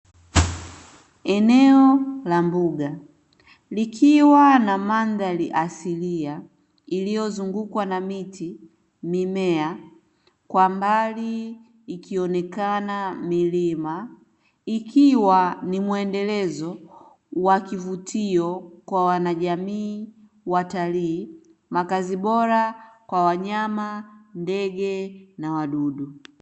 Eneo la mbuga likiwa na mandhari asilia iliyozungukwa na miti, mimea kwa mbali ikionekana milima ikiwa ni mwendelezo wa kivutio kwa wanajamii, watalii makazi bora kwa wanyama, ndege na wadudu.